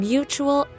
Mutual